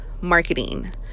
marketing